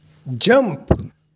jump